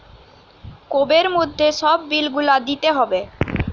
কোবের মধ্যে সব বিল গুলা দিতে হবে